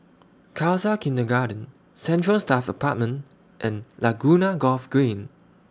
Khalsa Kindergarten Central Staff Apartment and Laguna Golf Green